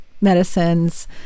Medicines